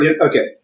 okay